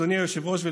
אדוני היושב-ראש,